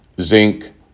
zinc